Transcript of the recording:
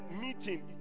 meeting